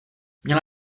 měla